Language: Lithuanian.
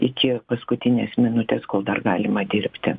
iki paskutinės minutės kol dar galima dirbti